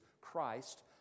Christ